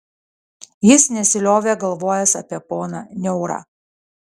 jis nesiliovė galvojęs apie poną niaurą